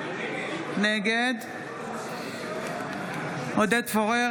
נגד עודד פורר,